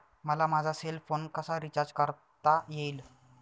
मला माझा cell phone कसा रिचार्ज करता येईल?